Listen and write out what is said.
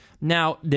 Now